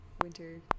winter